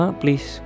please